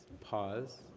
pause